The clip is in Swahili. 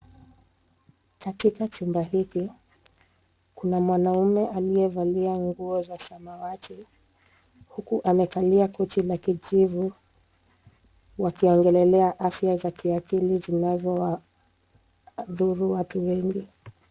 Katika chumba hiki kuna mwanamume aliyevalia nguo za samawati, huku amekalia kochi la kijivu wakiongelea afya za kiakili zinazodhuru watu wengi.